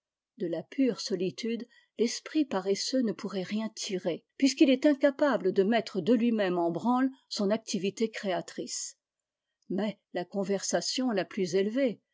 de la pure solitude l'esprit paresseux ne pourrait rien tirer puisqu'il est incapable de mettre de lui-même en branle son activité créatrice mais la conversation la plus élevée